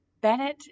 Bennett